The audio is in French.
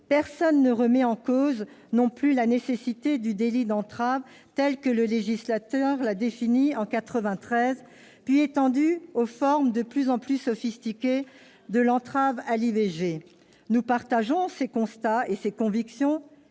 personne ne remet en cause la nécessité du délit d'entrave tel que le législateur l'a défini en 1993, puis étendu aux formes de plus en plus sophistiquées de l'entrave à l'IVG. Nous partageons ces constats et ces convictions.